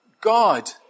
God